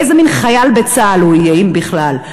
איזה מין חייל בצה"ל הוא יהיה, אם בכלל?